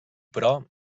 però